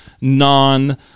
non